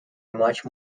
much